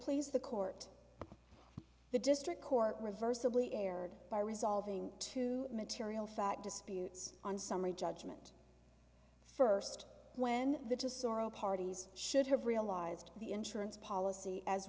please the court the district court reversed simply erred by resolving to material fact disputes on summary judgment first when the just sorrow parties should have realized the insurance policy as